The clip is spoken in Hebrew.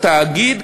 התאגיד,